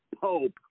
pope